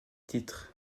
titres